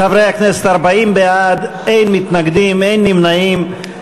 חברי הכנסת, 40 בעד, אין מתנגדים, אין נמנעים.